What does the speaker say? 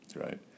right